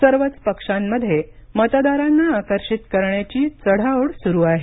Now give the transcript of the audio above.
सर्वच पक्षांमध्ये मतदारांना आकर्षित करण्याची चढाओढ सुरू आहे